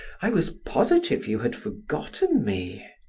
i was positive you had forgotten me.